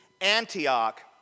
Antioch